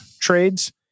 trades